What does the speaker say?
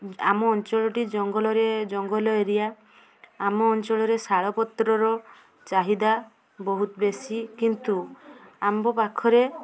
ଆମ ଅଞ୍ଚଳଟି ଜଙ୍ଗଲରେ ଜଙ୍ଗଲ ଏରୀୟା ଆମ ଅଞ୍ଚଳରେ ଶାଳ ପତ୍ରର ଚାହିଦା ବହୁତ ବେଶୀ କିନ୍ତୁ ଆମ୍ବ ପାଖରେ